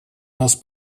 нас